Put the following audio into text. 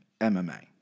MMA